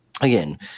again